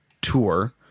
tour